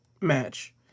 match